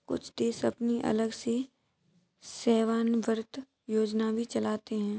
कुछ देश अपनी अलग से सेवानिवृत्त योजना भी चलाते हैं